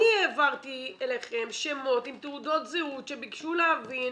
אני העברתי לכם שמות עם תעודות זהות שביקשו להבין